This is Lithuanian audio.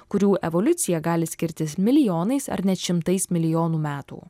kurių evoliucija gali skirtis milijonais ar net šimtais milijonų metų